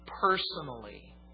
personally